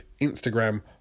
Instagram